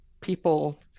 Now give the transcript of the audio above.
people